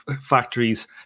factories